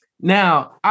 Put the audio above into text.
Now